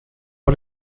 est